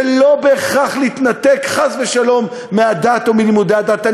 ולא בהכרח להתנתק חס ושלום מהדת או מלימודי הדת.